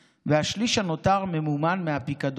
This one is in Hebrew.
והתבססה עד כה על תרומות של יחד למען